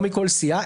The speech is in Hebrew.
לא מכל סיעה.